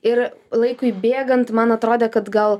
ir laikui bėgant man atrodė kad gal